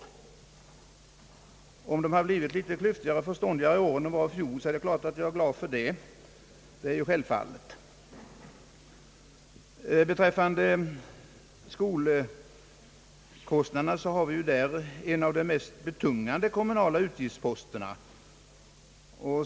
Om centerpartimotionärerna nu blivit litet klyftigare och förståndigare än de var i fjol, är jag självfallet glad för det. Skolkostnaderna är ju en av de mest betungande kommunala utgiftsposterna.